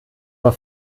war